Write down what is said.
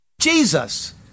Jesus